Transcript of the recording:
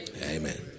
Amen